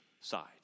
side